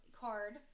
card